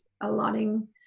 allotting